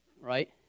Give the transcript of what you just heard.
right